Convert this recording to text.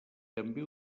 també